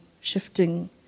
shifting